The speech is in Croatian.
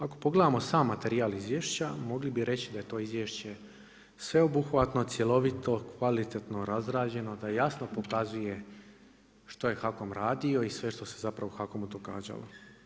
Ako pogledamo sam materijal izvješća mogli bi reći da je to izvješće sveobuhvatno, cjelovito, kvalitetno razrađeno da jasno pokazuje što je HAKOM radio i sve što se u HAKOM-u događalo.